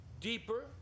deeper